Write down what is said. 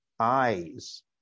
eyes